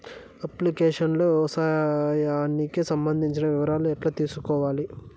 Application లో వ్యవసాయానికి సంబంధించిన వివరాలు ఎట్లా తెలుసుకొనేది?